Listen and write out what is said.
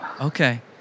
Okay